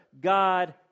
God